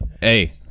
hey